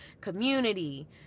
community